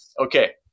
okay